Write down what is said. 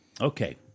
Okay